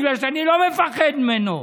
בגלל שאני לא מפחד ממנו,